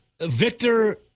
Victor